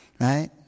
Right